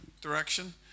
direction